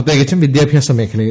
പ്രത്യേകിച്ചും വിദ്യാഭ്യാസ മേഖലയിൽ